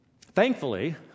Thankfully